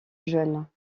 jeunes